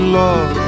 love